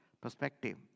perspective